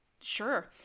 Sure